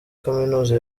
kaminuza